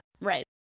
right